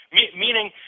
Meaning